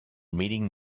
meeting